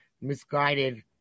misguided